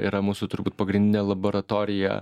yra mūsų turbūt pagrindinė laboratorija